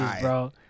bro